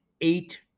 eight